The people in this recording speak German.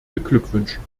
beglückwünschen